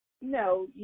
No